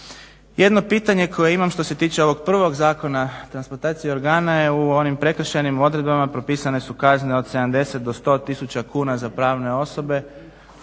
Jedno pitanje koje imam što se tiče ovog prvog zakona transplantacije organa je u onim prekršajnim odredbama propisane su kazne od 80 do 100 tisuća kuna za pravne osobe.